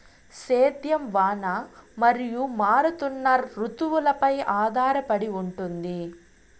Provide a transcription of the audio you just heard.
సేద్యం వాన మరియు మారుతున్న రుతువులపై ఆధారపడి ఉంటుంది